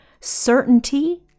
certainty